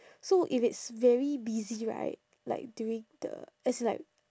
so if it's very busy right like during the as in like